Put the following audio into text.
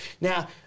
Now